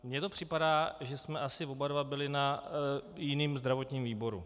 Mně to připadá, že jsme asi oba dva byli na jiném zdravotním výboru.